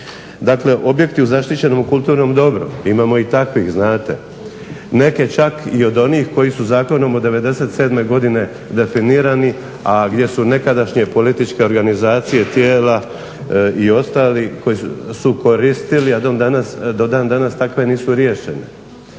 Dakle objekti u zaštićenom kulturnom dobru. Imamo i takvih znate. Neke čak i od onih koji su zakonom od '97. godine definirani, a gdje su nekadašnje političke organizacije, tijela i ostalih koji su koristili a do dan danas takve nisu riješene,